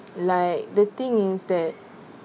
like the thing is that